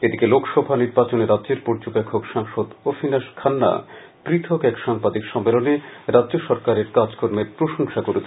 এদিকে লোকসভা নির্বাচনে রাজ্যের পর্যবেক্ষক সাংসদ অভিনাশ খান্না পৃথক এক সাংবাদিক সম্মেলনে রাজ্য সরকারের কাজকর্মের প্রশংসা করেছেন